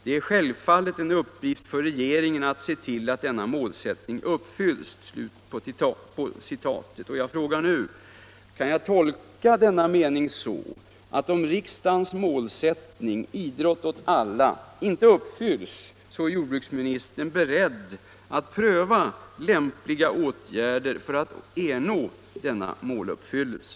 Det är självfallet en uppgift för regeringen att se till att denna målsättning uppfylls.” Jag frågar nu: Kan jag tolka denna mening så, att om riksdagens målsättning — idrott åt alla — inte uppfylls, är jordbruksministern beredd att pröva lämpliga åtgärder för att ernå denna måluppfyllelse?